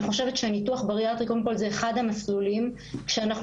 אני חושבת שניתוח בריאטרי הוא אחד המסלולים כשאנחנו